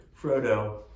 Frodo